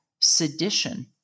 sedition